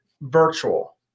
virtual